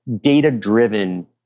data-driven